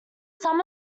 some